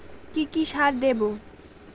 কি কি সার দেবো?